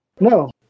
No